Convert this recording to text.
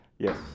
Yes